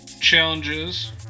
challenges